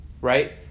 Right